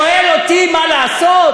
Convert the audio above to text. מישהו שואל אותי מה לעשות?